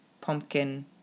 pumpkin